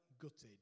gutted